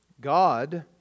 God